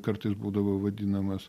kartais būdavo vadinamas